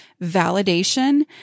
validation